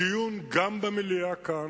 הדיון גם במליאה כאן,